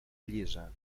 llisa